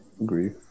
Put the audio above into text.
Agree